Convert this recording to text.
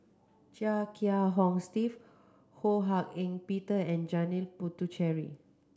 Chia Kiah Hong Steve Ho Hak Ean Peter and Janil Puthucheary